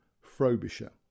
Frobisher